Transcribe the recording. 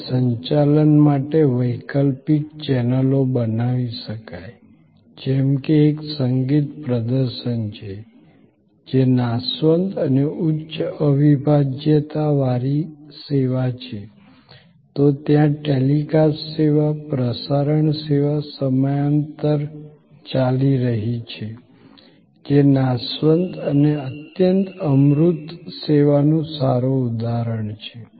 તેના સંચાલન માટે વૈકલ્પિક ચેનલો બનાવી શકાય જેમ કે એક સંગીત પ્રદર્શન છે જે નાશવંત અને ઉચ્ચ અવિભજ્યતા વારી સેવા છે તો ત્યાં ટેલિકાસ્ટ સેવા પ્રસારણ સેવા સમાંતર ચાલી રહી છે જે નાશવંત અને અત્યંત અમૂર્ત સેવાનું સારું ઉદાહરણ છે